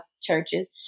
churches